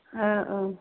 औ औ